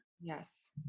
Yes